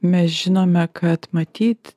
mes žinome kad matyt